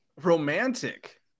romantic